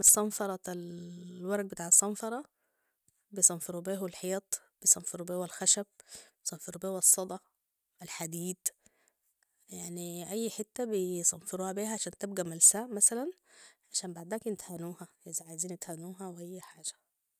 صنفرة الورق بتاع الصنفره بيصنفرو بيهو الحيط وبيصنفرو بيهو الخشب وبيصنفرو بيهو الصدى الحديد يعني أي حتة بيصنفروا بيها عشان تبقى ملسا مثلاً عشان بعداك يدهنوها اذا عايزين يدهنوها واي حاجه